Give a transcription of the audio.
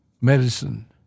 medicine